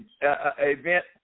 event